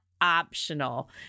Optional